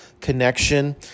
connection